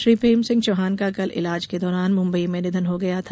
श्री प्रेम सिंह चौहान का कल इलाज के दौरान मुम्बई में निधन हो गया था